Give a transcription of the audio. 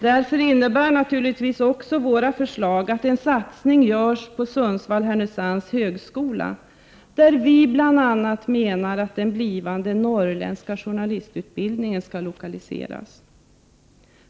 Våra förslag innebär naturligtvis också en satsning på högskolan i Sundsvall/Härnösands. Vi menar bl.a. att den blivande norrländska journalistutbildningen skall lokaliseras dit.